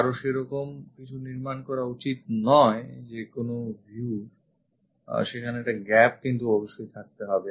কারোর সেরকম কিছু নির্মাণ করা উচিৎ নয় যেকোন view সেখানে একটা gap থাকতে হবে